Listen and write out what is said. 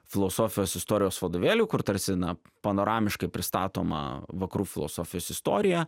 filosofijos istorijos vadovėlių kur tarsi na panoramiškai pristatoma vakarų filosofijos istorija